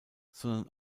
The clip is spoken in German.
sondern